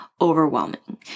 overwhelming